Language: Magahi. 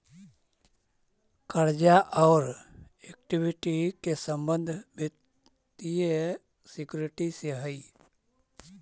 कर्जा औउर इक्विटी के संबंध वित्तीय सिक्योरिटी से हई